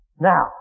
Now